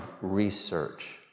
research